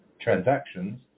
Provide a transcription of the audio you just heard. transactions